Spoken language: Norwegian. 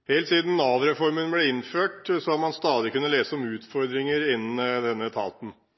Helt siden Nav-reformen ble innført har man stadig kunnet lese om utfordringer innen denne etaten. Mediebildet har vært preget av uheldige saker om alt fra folk som ikke får utbetalinger de har